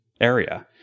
area